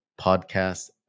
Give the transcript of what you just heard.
podcast